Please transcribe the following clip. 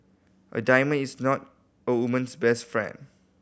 a diamond is not a woman's best friend